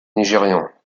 nigérian